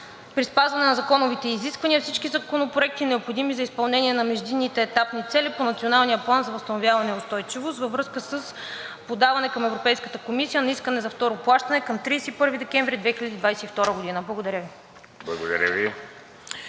при спазване на законовите изисквания всички законопроекти, необходими за изпълнение на междинните етапни цели по Националния план за възстановяване и устойчивост, във връзка с подаване към Европейската комисия на искане за второ плащане към 31 декември 2022 г. Благодаря Ви.